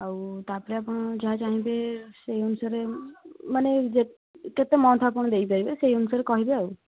ଆଉ ତା'ପରେ ଆପଣ ଯାହା ଚାହିଁବେ ସେଇ ଅନୁସାରେ ମାନେ କେତେ ମନ୍ଥ ଆପଣ ଦେଇପାରିବେ ସେଇ ଅନୁସାରେ କହିବେ ଆଉ